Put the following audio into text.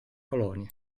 colonie